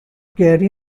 gary